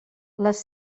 les